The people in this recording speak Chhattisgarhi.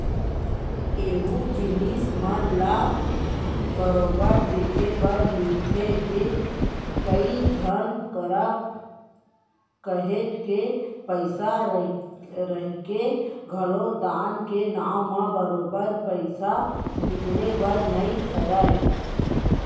एहूँ जिनिस हमन ल बरोबर देखे बर मिलथे के, कई झन करा काहेच के पइसा रहिके घलोक दान के नांव म बरोबर पइसा निकले बर नइ धरय